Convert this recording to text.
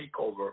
takeover